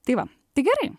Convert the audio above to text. tai va tai gerai